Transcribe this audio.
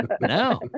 No